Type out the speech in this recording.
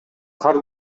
кар